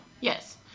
Yes